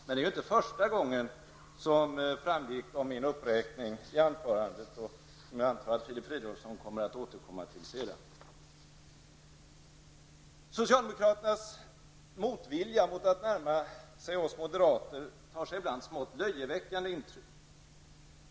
Men, som framgick av min uppräkning i anförandet, är det inte första gången vi ställer sådana krav. Jag antar också att Filip Fridolfsson återkommer till dem senare. Socialdemokraternas motvilja att närma oss moderater tar sig ibland smått löjeväckande uttryck.